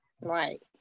Right